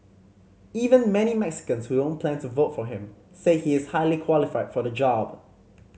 even many Mexicans who don't plan to vote for him say he is highly qualified for the job